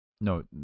No